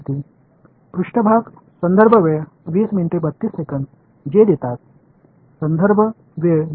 மாணவர் மேற்பரப்பு குறிப்பு நேரம் 2032 உருவாக்கும் குறிப்பு நேரம் 2033